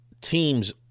teams